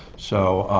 so,